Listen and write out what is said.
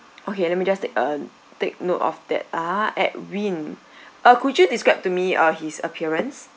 okay let me just take uh take note of that ah edwin uh could you describe to me uh his appearance